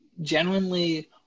genuinely